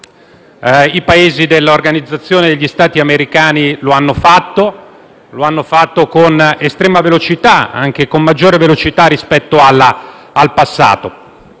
I Paesi dell'Organizzazione degli Stati americani (OSA) lo hanno fatto con estrema velocità, anche maggiore rispetto al passato.